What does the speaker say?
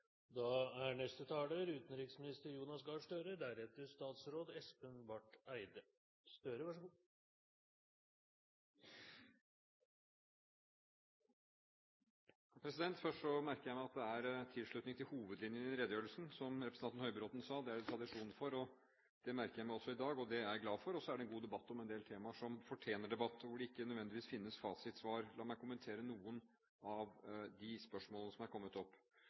hovedlinjene i redegjørelsen. Som representanten Høybråten sa: Det er det tradisjon for. Det merker jeg meg også i dag, og det er jeg glad for. Så er det en god debatt om en del temaer som fortjener debatt, og hvor det ikke nødvendigvis finnes fasitsvar. La meg kommentere noen av de spørsmålene som er kommet opp.